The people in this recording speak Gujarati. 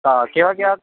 કેવાં કેવાં